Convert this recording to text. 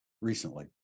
recently